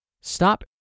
Stop